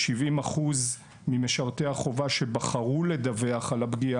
כ-70% ממשרתי החובה שבחרו לדווח על הפגיעה